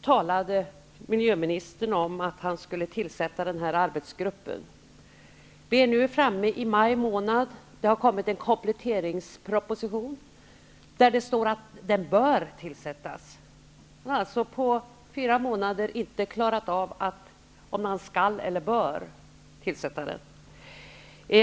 talade miljöministern redan i budgetpropositionen om att han skulle tillsätta den omtalade arbetsgruppen. Vi är nu framme i maj månad, och det har kommit en kompletteringsproposition där det står att arbetsgruppen bör tillsättas. Man har alltså på fyra månader inte klarat av om man skall eller bör tillsätta den.